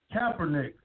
Kaepernick